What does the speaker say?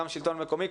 וגם לשלטון המקומי.